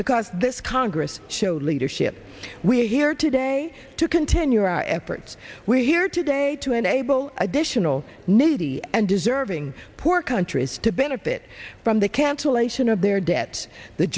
because this congress showed leadership we are here today to continue our efforts we are here today to enable additional navy and deserving poor countries to benefit from the cancellation of their debt the